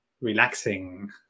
relaxing